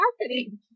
marketing